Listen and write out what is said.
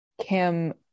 Kim